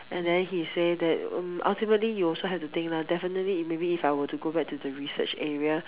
and then he say that oh ultimately you also have to think lah definitely if maybe if I were to go back to the research area